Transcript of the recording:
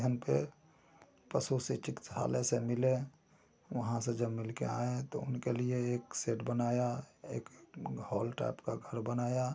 अध्ययन पर पशु चिसिक्तालय से मिले वहाँ से जब मिल के आये तब उनके लिए एक सेड बनाया एक हॉल टाइप का घर बनाया